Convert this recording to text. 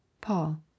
paul